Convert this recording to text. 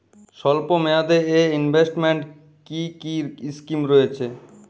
স্বল্পমেয়াদে এ ইনভেস্টমেন্ট কি কী স্কীম রয়েছে?